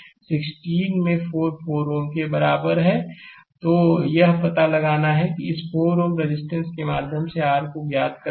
slide समय देखें 2013 तो यह पता लगाना है कि इस 4 Ω रेजिस्टेंस के माध्यम से r को ज्ञात करना है